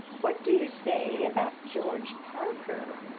what do you say about george parker?